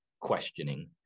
questioning